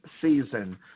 season